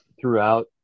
throughout